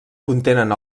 contenen